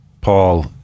Paul